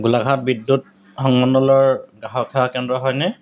গোলাঘাট বিদ্যুৎ সংমণ্ডলৰ গ্ৰাহক সেৱা কেন্দ্ৰ হয়নে